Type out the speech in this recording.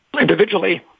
individually